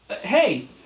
Hey